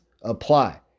apply